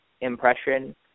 impression